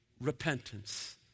Repentance